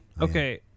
okay